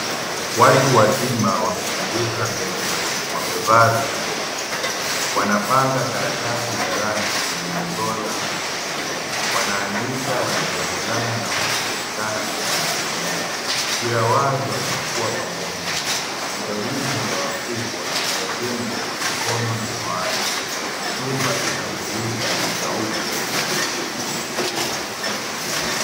Watu wazima wamezunguka meza wamevaa vitambulisho wanapanga karatasi za rangi kwenye mchoro mkubwa wanaandika, wanaelekezana na wanasikilizana kwa umakini, kila wazo linakuwa pamoja ni elimu ya wakubwa inayojengwa kwa mikono na mawazo, chumba kinafurika na shahuku ya kubadilika.